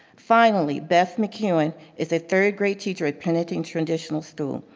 finally, beth mccuin is a third grade teacher at penadine traditional school.